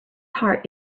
heart